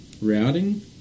routing